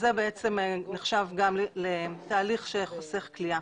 זה בעצם גם נחשב לתהליך שחוסך כליאה.